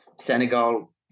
Senegal